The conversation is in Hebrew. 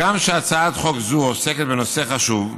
הגם שהצעת חוק זו עוסקת בנושא חשוב,